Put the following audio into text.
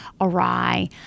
awry